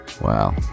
Wow